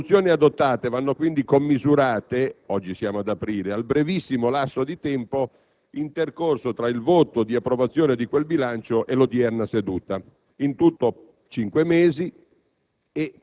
Le soluzioni adottate vanno quindi commisurate - oggi siamo ad aprile - al brevissimo lasso di tempo intercorso tra il voto di approvazione di quel bilancio e l'odierna seduta, in tutto cinque mesi.